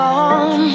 on